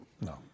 No